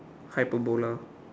hyperbola